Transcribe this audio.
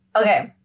Okay